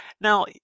Now